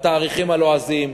התאריכים הלועזיים.